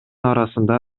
арасында